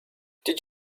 did